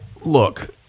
look